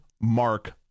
mark